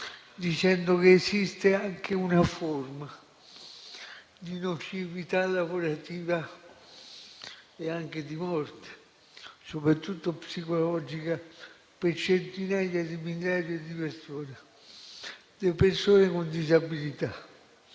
dicendo che esiste anche una forma di nocività lavorativa (e anche di morte, soprattutto psicologica) per centinaia di migliaia di persone con disabilità,